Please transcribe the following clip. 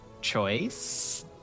choice